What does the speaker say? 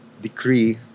decree